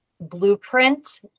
blueprint